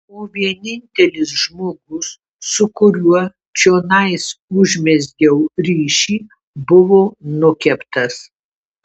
o vienintelis žmogus su kuriuo čionais užmezgiau ryšį buvo nukeptas